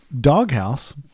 Doghouse